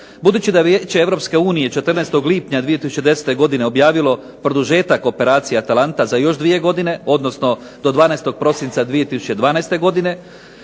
Budući da je Vijeće Europske unije 14. lipnja 2010. godine objavilo produžetak operacije Atalanta za još dvije godine, odnosno do 12. Prosinca 2012. godine